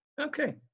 Okay